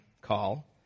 call